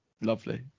Lovely